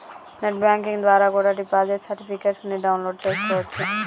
net banking ద్వారా కూడా deposit certificates ని డౌన్ లోడ్ చేస్కోవచ్చు